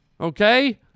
Okay